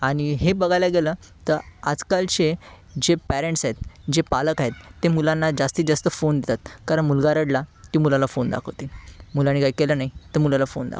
आणि हे बघायला गेलं तर आजकालचे जे पेरेंट्स आहेत जे पालक आहेत ते मुलांना जास्तीत जास्त फोन देतात कारण मुलगा रडला की मुलाला फोन दाखवतीन मुलानी काय केलं नाही तर मुलाला फोन दाखवतीन